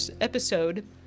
episode